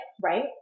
Right